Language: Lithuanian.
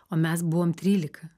o mes buvom trylika